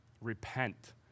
Repent